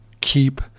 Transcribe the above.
keep